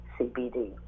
CBD